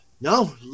no